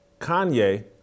Kanye